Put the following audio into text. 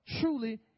truly